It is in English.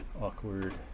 Awkward